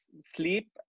sleep